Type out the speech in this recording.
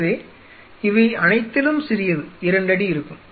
எனவே இவை அனைத்திலும் சிறியது 2 அடி இருக்கும்